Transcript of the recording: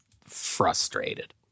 frustrated